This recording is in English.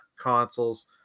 consoles